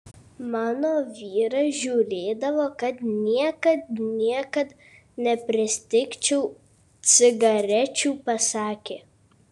mano vyras žiūrėdavo kad niekad niekad nepristigčiau cigarečių pasakė